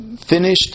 finished